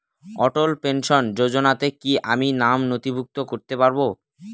অটল pension যোজনাতে কি আমি নাম নথিভুক্ত করতে পারবো?